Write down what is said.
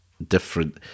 different